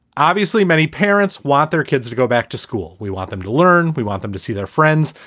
obviously, many parents want their kids to go back to school. we want them to learn. we want them to see their friends.